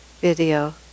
video